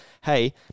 hey